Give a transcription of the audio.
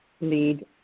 lead